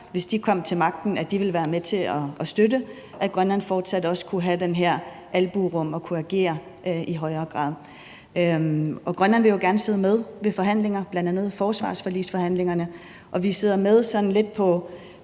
hvis de kom til magten, ville være med til at støtte, altså at Grønland også i højere grad kunne have det her albuerum at agere i? Grønland vil jo gerne sidde med ved forhandlingsbordet, bl.a. ved forsvarsforligsforhandlingerne, men vi sidder sådan lidt i